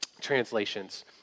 translations